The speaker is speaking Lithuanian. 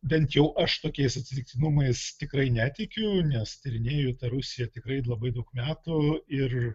bent jau aš tokiais atsitiktinumais tikrai netikiu nes tyrinėju tą rusiją tikrai labai daug metų ir